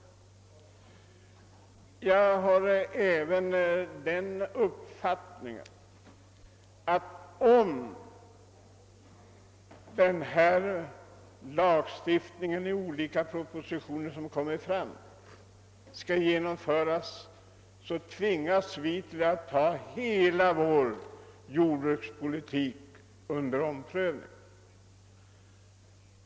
Jag har även den uppfattningen att vi, om de lagstiftningsförslag som framlagts i olika propositioner skall genomföras, tvingas att ta hela vår jordbrukspolitik under omprövning.